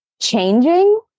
changing